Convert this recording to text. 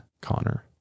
Connor